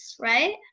right